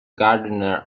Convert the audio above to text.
gardener